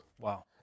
Wow